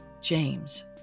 James